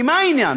כי מה העניין?